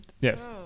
Yes